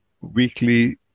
weekly